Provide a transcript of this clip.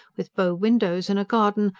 with bow-windows and a garden,